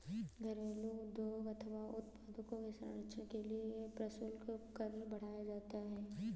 घरेलू उद्योग अथवा उत्पादों के संरक्षण के लिए प्रशुल्क कर बढ़ाया जाता है